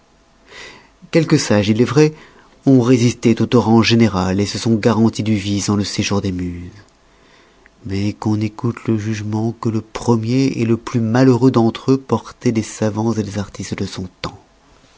quelques sages il est vrai ont résisté au torrent général se sont garantis du vice dans le séjour des muses mais qu'on écoute le jugement que le premier le plus malheureux d'entre eux portoit des savans des artistes de son tems